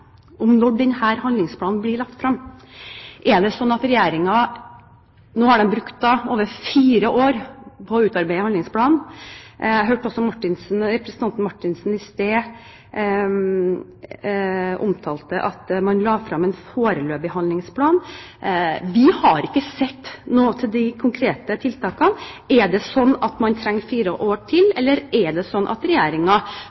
om når denne handlingsplanen blir lagt frem. Nå har Regjeringen brukt over fire år på å utarbeide handlingsplanen. Jeg hørte også representanten Marthinsen i sted si at man la frem en foreløpig handlingsplan. Vi har ikke sett noe til de konkrete tiltakene. Er det slik at man trenger fire år til,